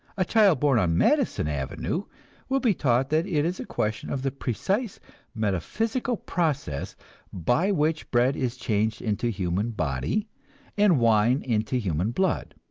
a child born on madison avenue will be taught that it is a question of the precise metaphysical process by which bread is changed into human body and wine into human blood.